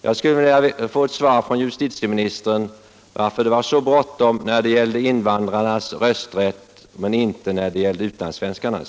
Jag skulle vilja få ett svar från justitieministern: Varför var det så bråttom när det gällde invandrarnas rösträtt men inte när det gällde utlandssvenskarnas?